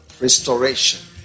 restoration